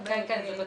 הוא כבר